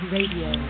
Radio